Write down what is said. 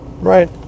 Right